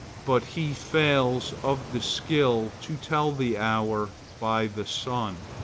but he fails of the skill to tell the hour by the sun.